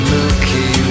Milky